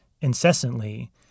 incessantly